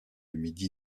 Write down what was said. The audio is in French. midi